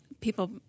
people